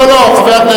לא, לא, חבר הכנסת.